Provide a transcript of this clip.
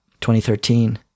2013